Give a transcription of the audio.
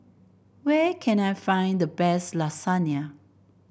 where can I find the best Lasagne